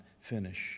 finish